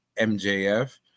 MJF